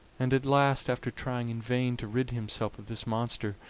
and at last, after trying in vain to rid himself of this monster,